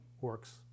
works